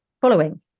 following